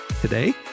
today